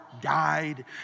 died